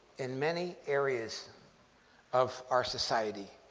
in many areas of our society.